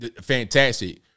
fantastic